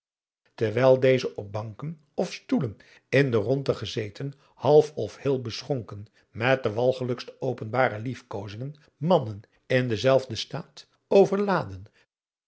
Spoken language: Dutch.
terwijl deze op banken of stoelen in de rondte gezeten half of heel beschonken met de walgelijkste openbare liefkozingen mannen in denzelfden staat overlaadden